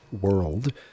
world